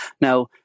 Now